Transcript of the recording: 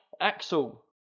Axel